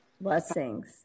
Blessings